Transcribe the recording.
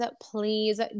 please